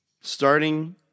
starting